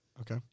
Okay